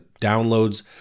downloads